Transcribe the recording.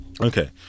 Okay